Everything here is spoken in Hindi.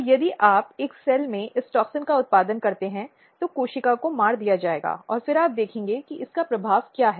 तो यदि आप एक सेल में इस टोक्सिन का उत्पादन करते हैं तो कोशिका को मार दिया जाएगा और फिर आप देखेंगे कि इसका क्या प्रभाव है